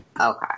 Okay